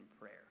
prayer